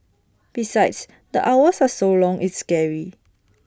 besides the hours are so long it's scary